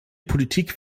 politik